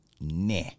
Nah